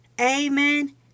Amen